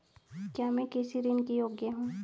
क्या मैं कृषि ऋण के योग्य हूँ?